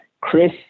Chris